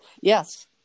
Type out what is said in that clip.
Yes